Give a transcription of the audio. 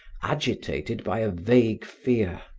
agitated by a vague fear.